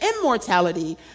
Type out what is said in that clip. immortality